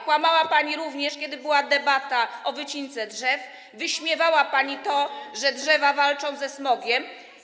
Kłamała pani również, kiedy była debata o wycince drzew, wyśmiewała pani to, że drzewa walczą ze smogiem.